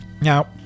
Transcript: now